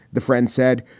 the friend said,